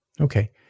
Okay